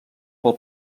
pel